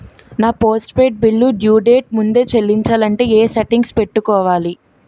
నా postpaid bill due date ముందే చెల్లించాలంటే ఎ సెట్టింగ్స్ పెట్టుకోవాలి?